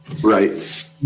right